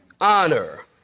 honor